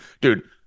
dude